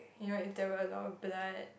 you know if there were a lot of blood